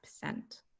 percent